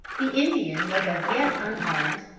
the indian was as yet unharmed,